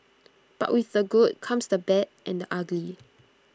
but with the good comes the bad and the ugly